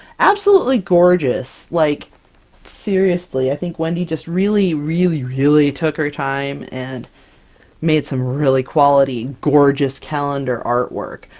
absolutely gorgeous! like seriously i think wendy just really, really, really took her time and made some really quality gorgeous calendar artwork.